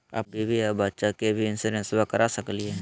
अपन बीबी आ बच्चा के भी इंसोरेंसबा करा सकली हय?